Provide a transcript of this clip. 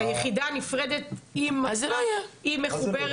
היחידה הנפרדת היא מחוברת,